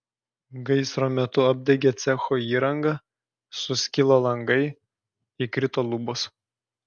gaisro metu apdegė cecho įranga suskilo langai įkrito lubos